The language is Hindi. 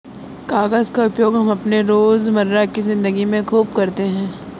कागज का उपयोग हम अपने रोजमर्रा की जिंदगी में खूब करते हैं